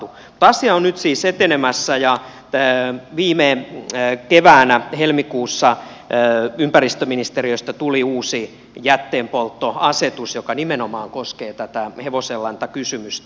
mutta asia on nyt siis etenemässä ja viime keväänä helmikuussa ympäristöministeriöstä tuli uusi jätteenpolttoasetus joka nimenomaan koskee tätä hevosenlantakysymystä